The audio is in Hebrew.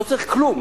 לא צריך כלום,